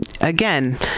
again